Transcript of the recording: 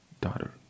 daughter